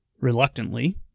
reluctantly